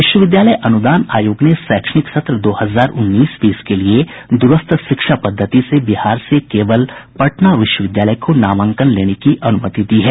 विश्वविद्यालय अनुदान आयोग ने शैक्षणिक सत्र दो हजार उन्नीस बीस के लिए द्रस्थ शिक्षा पद्धति से बिहार से केवल पटना विश्वविद्यालय को नामांकन लेने की अनुमति दी है